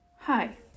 Hi